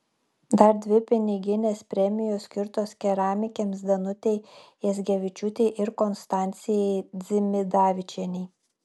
dar dvi piniginės premijos skirtos keramikėms danutei jazgevičiūtei ir konstancijai dzimidavičienei